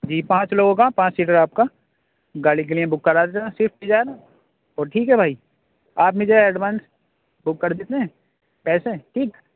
جی پانچ لوگوں کا پانچ سیٹر آپ کا گاڑی کے لیے بک کرا دے رہے ہیں سوئفٹ ڈیزائر تو ٹھیک ہے بھائی آپ مجھے ایڈوانس بک کر دیتے ہیں پیسے ٹھیک